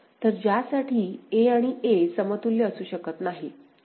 तर ज्यासाठी a आणि a समतुल्य असू शकत नाहीत